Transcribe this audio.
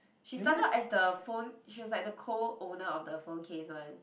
she started as the phone she was like the co-owner of the phone case [one]